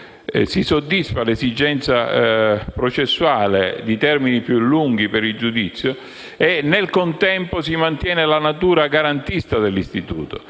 si soddisfa l'esigenza processuale di disporre di termini più lunghi per il giudizio e nel contempo si mantiene la natura garantista dell'istituto.